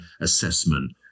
assessment